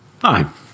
Hi